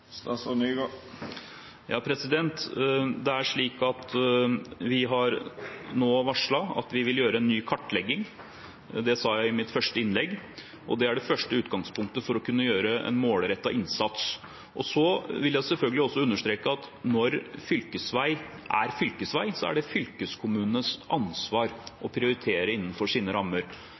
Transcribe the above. Vi har nå varslet at vi vil gjøre en ny kartlegging. Det sa jeg i mitt første innlegg, og det er det første utgangspunktet for å kunne gjøre en målrettet innsats. Så vil jeg selvfølgelig også understreke at når fylkesvei er fylkesvei, er det fylkeskommunenes ansvar å prioritere innenfor sine rammer.